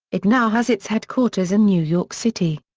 it now has its headquarters in new york city.